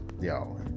yo